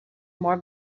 more